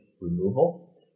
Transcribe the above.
removal